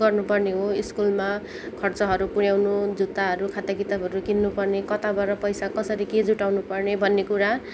गर्नु पर्ने हो स्कुलमा खर्चहरू पुऱ्याउनुु जुत्ताहरू खाता किताबहरू किन्नु पर्ने कताबाट पैसा कसरी के जुटाउनु पर्ने भन्ने कुरा